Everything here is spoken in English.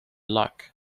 luck